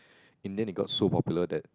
and then they got so popular that